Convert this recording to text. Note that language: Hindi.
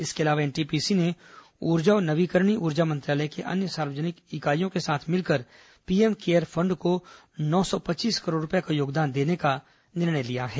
इसके अलावा एनटीपीसी ने ऊर्जा और नवीकरणीय ऊर्जा मंत्रालय के अन्य सार्वजनिक उपक्रमों के साथ मिलकर पीएम केयर फंड को नौ सौ पच्चीस करोड़ रूपये का योगदान देने का निर्णय लिया है